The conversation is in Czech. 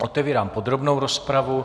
Otevírám podrobnou rozpravu.